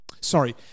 sorry